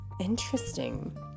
Interesting